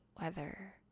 weather